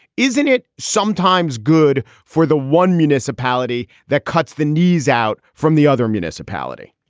isn't it sometimes good for the one municipality that cuts the knees out from the other municipality?